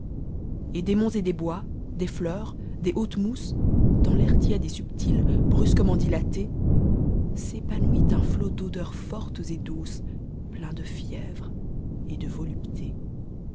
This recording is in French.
etdesmontsetdes bois des meurs des hautes mousses dans l'air tiède et subtil brusquement m ate s'cpanomtt an not d'odeurs fortes et douces plein de oevre et de volupté